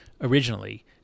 originally